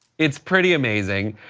it's pretty amazing.